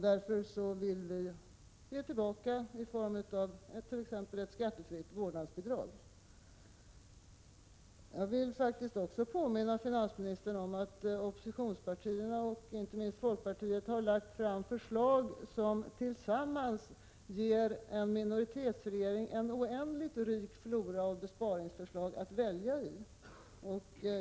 Pengarna kan ges tillbaka i form av ett skattefritt vårdnadsbidrag. Jag vill också påminna finansministern om att oppositionspartierna, och inte minst folkpartiet, har lagt fram förslag som tillsammans ger en minoritetsregering en oändligt rik flora av besparingsförslag att välja bland.